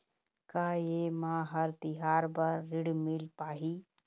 का ये म हर तिहार बर ऋण मिल पाही?